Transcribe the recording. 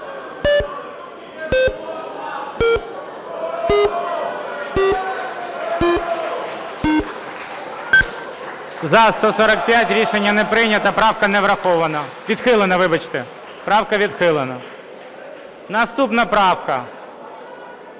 За-145 Рішення не прийнято. Правка не врахована. Відхилена, вибачте. Правка відхилена. Наступна правка.